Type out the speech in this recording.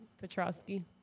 Petrovsky